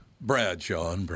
Bradshaw